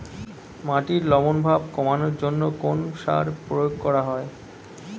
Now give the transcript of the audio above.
মাটির লবণ ভাব কমানোর জন্য কোন সার প্রয়োগ করা হয়?